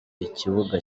ikibuga